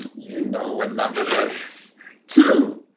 you know what number that is. two,